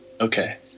okay